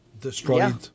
destroyed